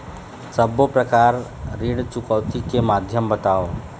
सब्बो प्रकार ऋण चुकौती के माध्यम बताव?